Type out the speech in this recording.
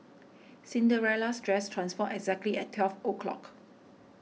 Cinderella's dress transformed exactly at twelve o'clock